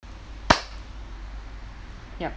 yup